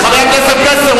חבר הכנסת פלסנר,